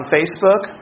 Facebook